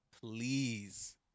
please